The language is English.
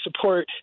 support